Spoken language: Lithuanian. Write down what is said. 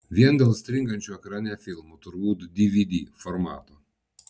vien dėl stringančio ekrane filmo turbūt dvd formato